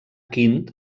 quint